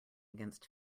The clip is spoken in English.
against